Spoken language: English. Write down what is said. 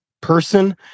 person